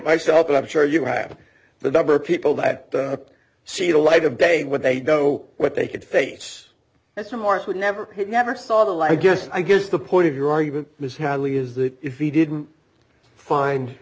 myself but i'm sure you have the number of people that see the light of day when they know what they could face that's a mark would never he never saw the light i guess i guess the point of your argument is halle is that if he didn't find